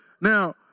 Now